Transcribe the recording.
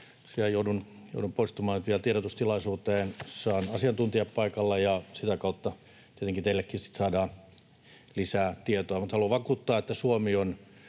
joudun poistumaan vielä tiedotustilaisuuteen. Saan asiantuntijat paikalle, ja sitä kautta tietenkin teillekin sitten saadaan lisää tietoa. Haluan vakuuttaa, että Suomi on,